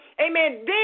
amen